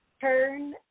turn